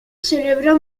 celebró